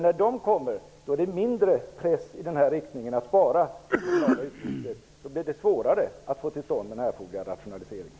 När de kommer finns det mindre press att spara, och då blir det svårare att få till stånd den erforderliga rationaliseringen.